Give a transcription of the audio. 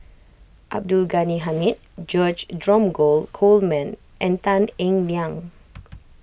Abdul Ghani Hamid George Dromgold Coleman and Tan Eng Liang